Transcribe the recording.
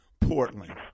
Portland